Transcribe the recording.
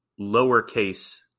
lowercase